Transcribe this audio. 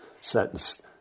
sentence